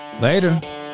Later